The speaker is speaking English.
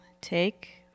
take